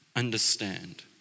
Understand